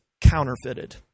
counterfeited